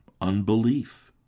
unbelief